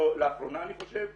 אני חושב שלאחרונה,